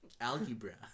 Algebra